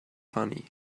funny